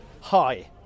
Hi